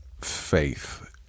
faith